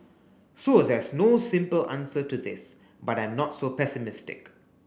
so there's no simple answer to this but I'm not so pessimistic